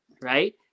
Right